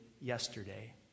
yesterday